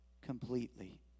completely